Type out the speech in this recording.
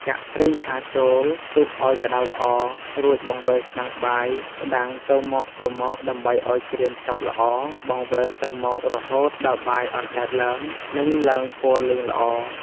ចាក់ប្រេងឆាចូលទុកអោយក្ដៅល្អ រួចបង្វិលឆ្នាំងបាយក្ដាំងទៅមកៗដើម្បីអោយក្រៀមសព្វល្អ បង្វិលទៅមករហូតដល់បាយអណ្ដែតឡើងនិងឡើងពណ៌លឿងល្អ។